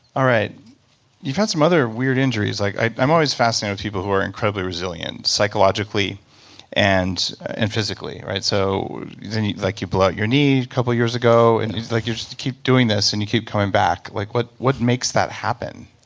alright. you've had some other weird injuries. like i'm always fascinated with people who are incredibly resilient psychologically and and physically. so you like you blow out your knee a couple of years ago and like you just keep doing this and you keep coming back. like what what makes that happen?